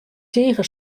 tige